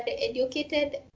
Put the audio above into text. educated